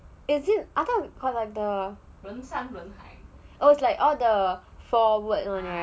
is it I thought is like all the four word